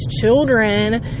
children